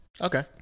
Okay